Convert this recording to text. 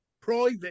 private